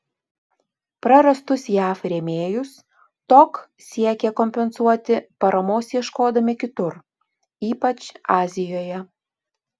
prarastus jav rėmėjus tok siekė kompensuoti paramos ieškodami kitur ypač azijoje